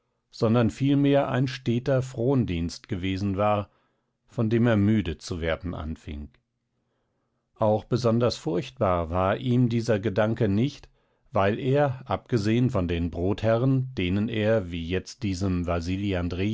sondern vielmehr ein steter frondienst gewesen war von dem er müde zu werden anfing auch besonders furchtbar war ihm dieser gedanke nicht weil er abgesehen von den brotherren denen er wie jetzt diesem